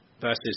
versus